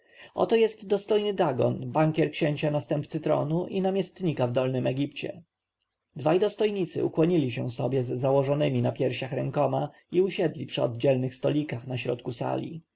oto jest dostojny dagon bankier księcia następcy tronu i namiestnika w dolnym egipcie dwaj dostojnicy ukłonili się sobie z założonemi na piersiach rękoma i usiedli przy oddzielnych stolikach na środku sali